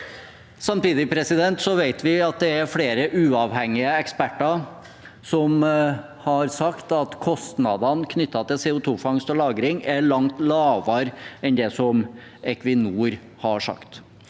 Samtidig vet vi at det er flere uavhengige eksperter som har sagt at kostnadene knyttet til CO2-fangst og lagring er langt lavere enn det som Equinor har sagt.